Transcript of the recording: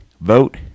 vote